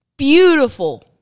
Beautiful